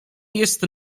jest